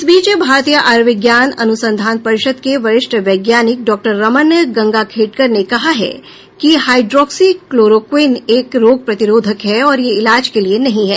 इस बीच भारतीय आयुर्विज्ञान अनुसंधान परिषद के वरिष्ठ वैज्ञानिक डॉक्टर रमन गंगाखेडकर ने कहा कि हाइड्रोक्सीक्लोरोक्विन एक रोग प्रतिरोधक है और यह इलाज नहीं है